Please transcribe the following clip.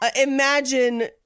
imagine